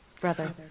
brother